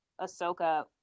Ahsoka